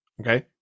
Okay